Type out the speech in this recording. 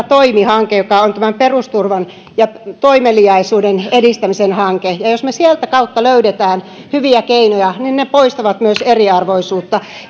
toimi hanke joka on tämä perusturvan ja toimeliaisuuden edistämisen hanke ja jos me sitä kautta löydämme hyviä keinoja niin ne poistavat myös eriarvoisuutta